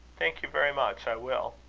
thank you very much. i will.